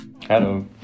Hello